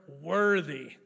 worthy